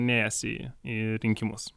nėjęs į į rinkimus